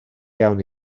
iawn